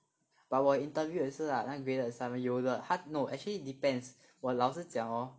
but 我有 interview 也是 lah 那个 graded assignment 有的 but !huh! no actually depends 我老师讲 hor